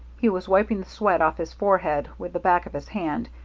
he was wiping the sweat off his forehead with the back of his hand,